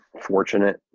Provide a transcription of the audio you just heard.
fortunate